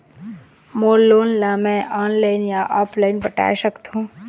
मोर loan ला मैं online या ऑफलाइन पटाए सकथों?